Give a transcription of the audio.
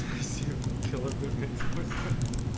the serial killer bit makes more sense